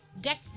deck